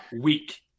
week